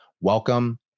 welcome